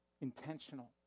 intentional